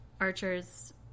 archers